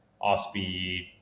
off-speed